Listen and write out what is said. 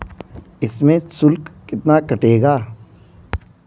इसमें शुल्क कितना कटेगा?